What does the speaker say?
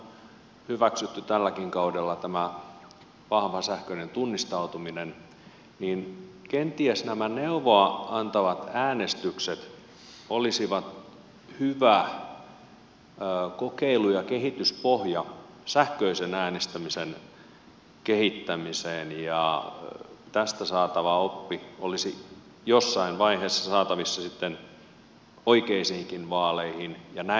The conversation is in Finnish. kun täällä on hyväksytty tälläkin kaudella tämä vahva sähköinen tunnistautuminen niin kenties nämä neuvoa antavat äänestykset olisivat hyvä kokeilu ja kehityspohja sähköisen äänestämisen kehittämiseen ja tästä saatava oppi olisi jossain vaiheessa saatavissa sitten oikeisiinkin vaaleihin